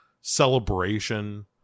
celebration